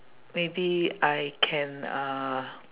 maybe I can uh